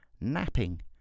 napping